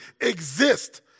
exist